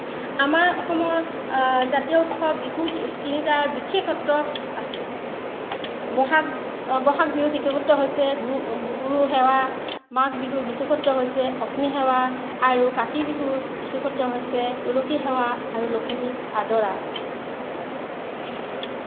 আমাৰ অসমৰ জাতীয় উৎসৱ বিহু তিনিটাৰ বিশেষত্ব আছে ব'হাগ ব'হাগ বিহুৰ বিশেষত্ব হৈছে গুৰু সেৱা মাঘ বিহুৰ বিশেষত্ব হৈছে অগ্নি সেৱা আৰু কাতি বিহুৰ বিশেষত্ব হৈছে তুলসী সেৱা আৰু লখিমীক আদৰা